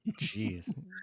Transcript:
Jeez